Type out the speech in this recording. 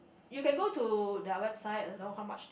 you can go to their website and know how much they